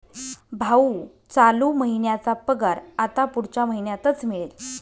भाऊ, चालू महिन्याचा पगार आता पुढच्या महिन्यातच मिळेल